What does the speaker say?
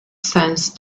sense